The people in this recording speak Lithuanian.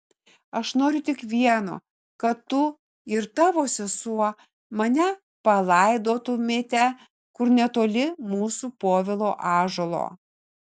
aš noriu tik vieno kad tu ir tavo sesuo mane palaidotumėte kur netoli mūsų povilo ąžuolo